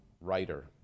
writer